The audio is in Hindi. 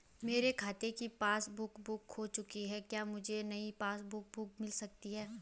मेरे खाते की पासबुक बुक खो चुकी है क्या मुझे नयी पासबुक बुक मिल सकती है?